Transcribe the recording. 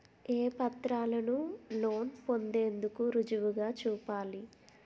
ఏ పత్రాలను లోన్ పొందేందుకు రుజువుగా చూపాలి?